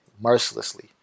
mercilessly